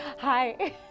Hi